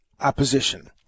opposition